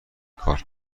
کار